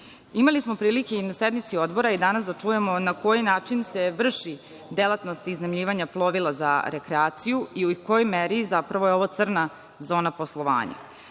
Imali smo prilike i na sednici Odbora danas da čujemo na koji način se vrši delatnost iznajmljivanja vozila za rekreaciju i u kojoj meri je zapravo ovo crna zona poslovanja.